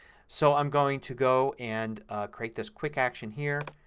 so i'm going to go and create this quick action here.